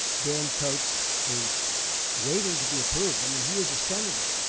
dan coats is waiting to be approved. i mean, he is a senator,